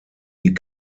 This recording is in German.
die